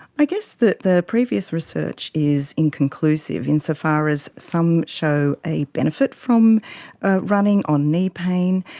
i guess that the previous research is inconclusive insofar as some show a benefit from running on knee pain,